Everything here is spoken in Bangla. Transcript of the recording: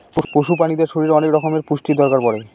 পশু প্রাণীদের শরীরে অনেক রকমের পুষ্টির দরকার পড়ে